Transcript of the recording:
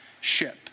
ship